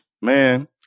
Man